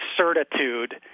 certitude